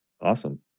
Awesome